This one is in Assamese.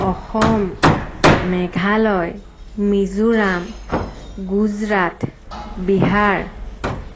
অসম মেঘালয় মিজোৰাম গুজৰাট বিহাৰ